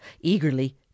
Eagerly